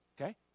Okay